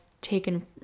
taken